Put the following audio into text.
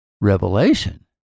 revelation